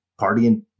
partying